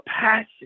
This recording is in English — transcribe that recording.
passion